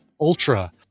Ultra